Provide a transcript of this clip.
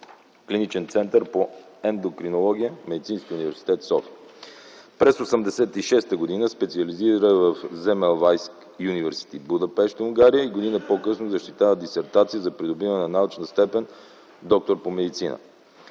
Клиничен център по ендокринология в Медицински университет – София. През 1986 г. специализира в Земелвайс юнивърсити, Будапеща – Унгария, и година по-късно защитава дисертация за придобиване на научна степен „доктор по медицина”.